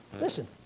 Listen